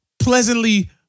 pleasantly